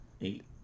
eight